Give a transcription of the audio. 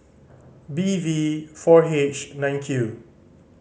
B V four H nine Q